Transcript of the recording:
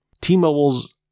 T-Mobile's